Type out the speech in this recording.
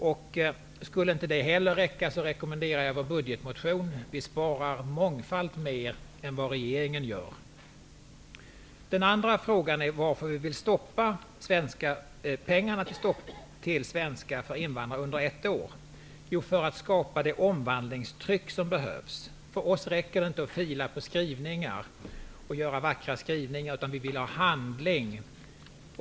Om inte det heller skulle räcka rekommenderar jag vår budgetmotion. Vi sparar mångfalt mer än vad regeringen gör. Den andra frågan gäller varför vi vill stoppa pengarna till undervisning i svenska för invandrare under ett år. Jo, det vill vi göra för att skapa det omvandlingstryck som behövs. För oss räcker det inte att fila på skrivningar så att de blir vackra. Vi vill ha handling.